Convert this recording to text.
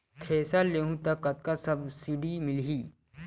Thresher लेहूं त कतका सब्सिडी मिलही?